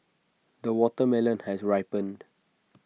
the watermelon has ripened